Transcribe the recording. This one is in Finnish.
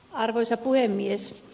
arvoisa puhemies